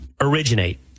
originate